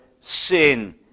sin